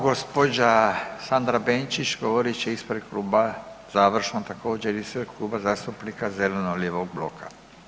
Gđa. Sandra Benčić govorit će ispred Kluba, završno također, ispred Kluba zastupnika zeleno-lijevog bloka.